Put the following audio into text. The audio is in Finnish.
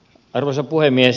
arvoisa puhemies